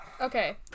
Okay